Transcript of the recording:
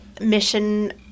mission